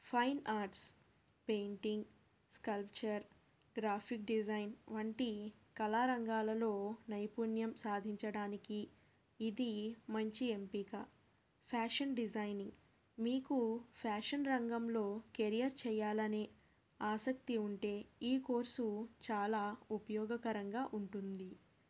fine arts painting sculpture graphic design వంటి కళారంగాలలో నైపుణ్యం సాధించడానికి ఇది మంచి ఎంపిక ఫ్యాషన్ డిజైనింగ్ మీకు ఫ్యాషన్ రంగంలో కెరియర్ చెయ్యాలనే ఆసక్తి ఉంటే ఈ కోర్సు చాలా ఉపయోగకరంగా ఉంటుంది